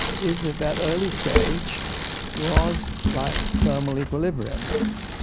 is that that early stage was like thermal equilibrium.